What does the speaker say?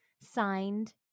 Signed